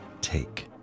take